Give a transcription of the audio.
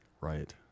Right